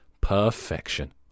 Perfection